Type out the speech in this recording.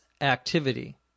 activity